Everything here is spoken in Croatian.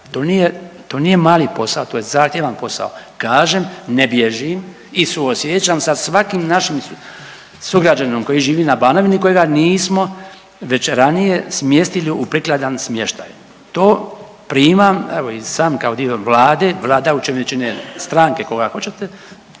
to nije mali posao, to je zahtjevan posao. Kažem ne bježim i suosjećam sa svakim našim sugrađaninom koji živi na Banovini kojega nismo već ranije smjestili u prikladan smještaj. To primam evo i sam kao dio Vlade, vladajuće većine, stranke ako hoćete,